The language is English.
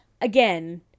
Again